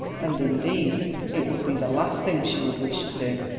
and indeed it would be the last thing she would wish to do.